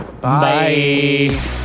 Bye